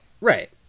Right